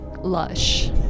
lush